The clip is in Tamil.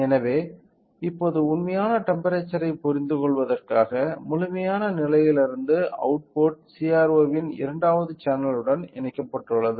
எனவே இப்போது உண்மையான டெம்ப்பெரேச்சர்யைப் புரிந்து கொள்வதற்காக முழுமையான நிலையிலிருந்து அவுட்புட் CRO இன் இரண்டாவது சேனலுடன் இணைக்கப்பட்டுள்ளது